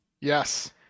Yes